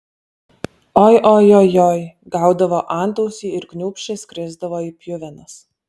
oi oi joj joj gaudavo antausį ir kniūpsčias krisdavo į pjuvenas